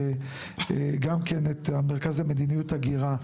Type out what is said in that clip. וגם כן את המרכז למדיניות הגירה,